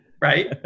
right